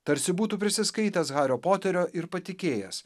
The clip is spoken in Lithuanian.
tarsi būtų prisiskaitęs hario poterio ir patikėjęs